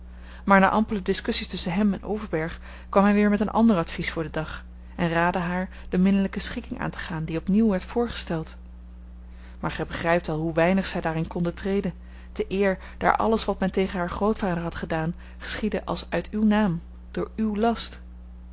maar na ampele discussies tusschen hem en overberg kwam hij weer met een ander advies voor den dag en raadde haar de minnelijke schikking aan te gaan die opnieuw werd voorgesteld maar gij begrijpt wel hoe weinig zij daarin konde treden te eer daar alles wat men tegen haar grootvader had gedaan geschiedde als uit uw naam door uw last